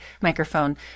microphone